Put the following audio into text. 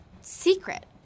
secret